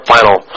Final